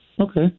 Okay